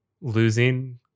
losing